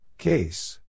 Case